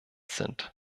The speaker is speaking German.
sind